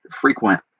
frequent